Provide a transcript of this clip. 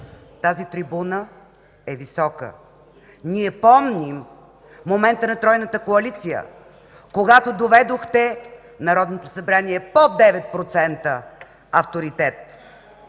тази трибуна е висока. Ние помним момента на тройната коалиция, когато доведохте Народното събрание под 9% авторитет.